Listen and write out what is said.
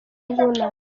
n’ubunani